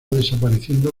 desapareciendo